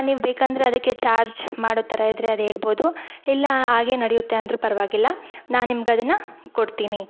ನೀವು ಬೇಕಂದರೆ ಅದಕ್ಕೆ ಚಾರ್ಜ್ ಮಾಡೋ ಥರ ಇದ್ದರೆ ಅದೇಳ್ಬೋದು ಇಲ್ಲ ಹಾಗೆ ನಡೆಯುತ್ತೆ ಅಂದ್ರೂ ಪರವಾಗಿಲ್ಲ ನಾ ನಿಮ್ಗೆ ಅದನ್ನು ಕೊಡ್ತೀನಿ